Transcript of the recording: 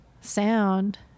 sound